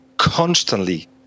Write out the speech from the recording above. constantly